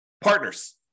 Partners